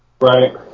Right